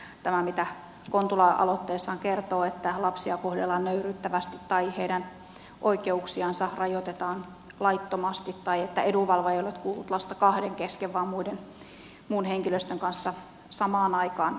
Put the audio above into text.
on aivan käsittämätöntä tämä mitä kontula aloitteessaan kertoo että lapsia kohdellaan nöyryyttävästi tai heidän oikeuksiansa rajoitetaan laittomasti tai että edunvalvoja ei ole kuullut lasta kahden kesken vaan muun henkilöstön kanssa samaan aikaan